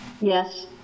Yes